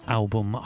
album